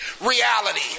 reality